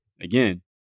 again